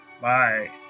Bye